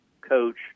coach